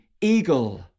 eagle